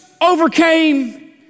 overcame